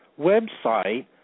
website